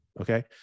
okay